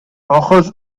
ojos